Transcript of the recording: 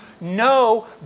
no